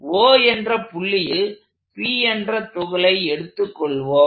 O என்ற புள்ளியில் P என்ற துகளை எடுத்துக்கொள்வோம்